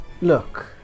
Look